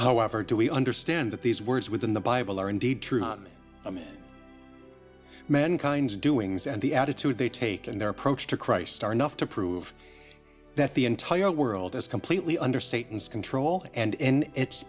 however do we understand that these words within the bible are indeed true mankind's doings and the attitude they take and their approach to christ are enough to prove that the entire world is completely under satan's control and in its